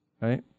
right